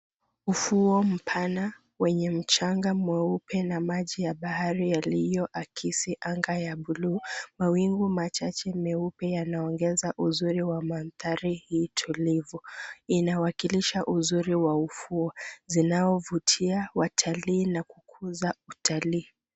Ufuo mpana wenye mchanga mweupe na maji ya bahari yaliyoakisi anga ya buluu. Mawingu machache meupe yanaongeza uzuri wa mandhari hii tulivu inawakilisha uzuri wa ufuo zinaovutia watalii na kukuza utalii.